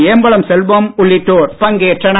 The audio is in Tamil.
ஏம்பலம் செல்வம் உள்ளிட்டோர் பங்கேற்றனர்